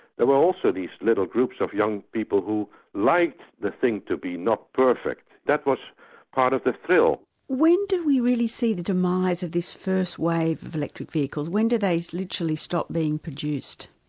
there were also these little groups of young people who liked like the thing to be not perfect that was part of the thrill. when do we really see the demise of this first wave of electric vehicles? when do they literally stop being produced?